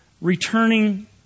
returning